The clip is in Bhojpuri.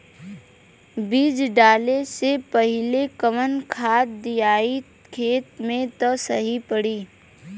बीज डाले से पहिले कवन खाद्य दियायी खेत में त सही पड़ी?